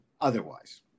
otherwise